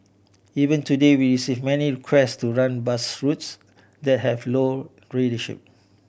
even today we receive many requests to run bus routes that have low ridership